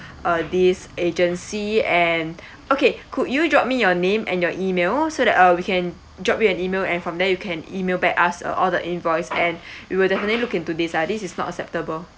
uh this agency and okay could you drop me your name and your email so that uh we can drop you an email and from there you can email back us uh all the invoice and we will definitely look into this ah this is not acceptable